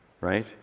right